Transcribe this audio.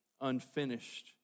unfinished